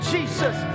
Jesus